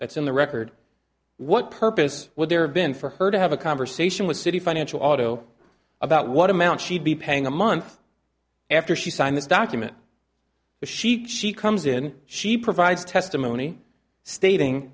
that's in the record what purpose would there have been for her to have a conversation with city financial auto about what amount she'd be paying a month after she signed this document was she she comes in she provides testimony stating